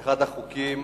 אחד החוקים